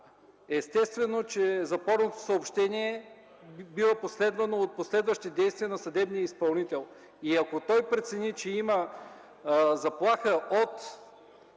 естествено е, че запорното съобщение бива последвано от последващи действия на съдебния изпълнител и ако той прецени, че има заплаха от